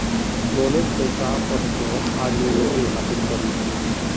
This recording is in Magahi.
लोनेर पैसात पढ़ कर आज मुई नौकरी हासिल करील छि